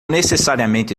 necessariamente